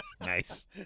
Nice